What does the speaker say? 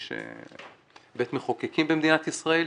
יש בית מחוקקים במדינת ישראל,